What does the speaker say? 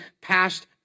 past